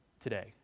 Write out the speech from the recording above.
today